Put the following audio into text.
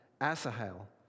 Asahel